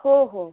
हो हो